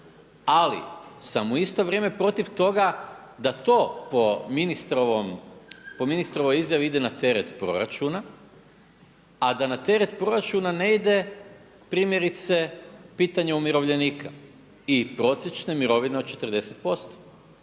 ali sam u isto vrijeme protiv toga da to po ministrovoj izjavi ide na teret proračuna, a da na teret proračuna ne ide primjerice pitanje umirovljenika i prosječne mirovine od 40%.